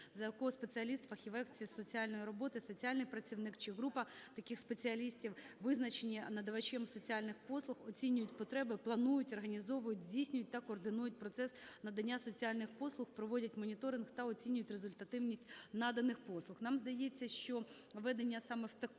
за якого спеціаліст, фахівець із соціальної роботи, соціальний працівник чи група таких спеціалістів, визначені надавачем соціальних послуг, оцінюють потреби, планують, організовують, здійснюють та координують процес надання соціальних послуг, проводять моніторинг та оцінюють результативність наданих послуг".